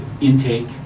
intake